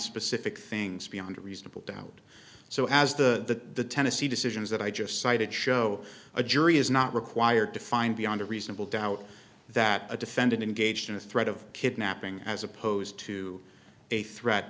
specific things beyond a reasonable doubt so as the tennessee decisions that i just cited show a jury is not required to find beyond a reasonable doubt that a defendant engaged in a threat of kidnapping as opposed to a threat